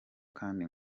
kandi